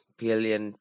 billion